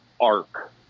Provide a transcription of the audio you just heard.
arc